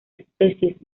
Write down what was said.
especies